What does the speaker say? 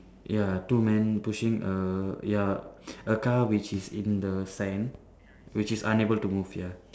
ya two man pushing a ya a car which is in the sand which is unable to move ya